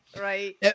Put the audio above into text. Right